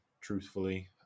truthfully